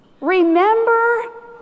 Remember